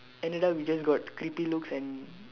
ended up we just got creepy looks and